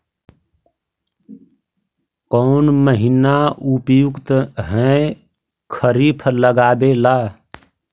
कौन महीना उपयुकत है खरिफ लगावे ला?